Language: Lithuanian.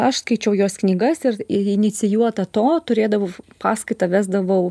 aš skaičiau jos knygas ir i inicijuota to turėdavau paskaitą vesdavau